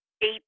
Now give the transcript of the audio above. eight